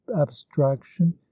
abstraction